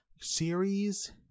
series